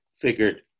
figured